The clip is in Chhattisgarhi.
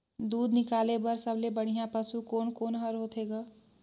दूध निकाले बर सबले बढ़िया पशु कोन कोन हर होथे ग?